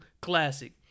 classic